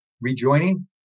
rejoining